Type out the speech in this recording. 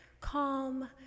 calm